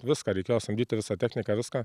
viską reikėjo samdyti visą techniką viską